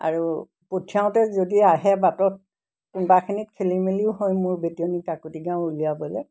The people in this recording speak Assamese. আৰু পঠিয়াওঁতে যদি আহে বাটত কোনোবাখিনিত খেলি মেলিও হয় মোৰ বেটিয়নী কাকুটি গাঁও উলিয়াবলৈ